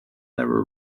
their